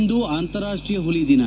ಇಂದು ಅಂತಾರಾಷ್ಟ್ರೀಯ ಹುಲಿ ದಿನ